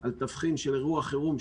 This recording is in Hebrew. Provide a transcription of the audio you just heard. על תבחין של אירוע חירום,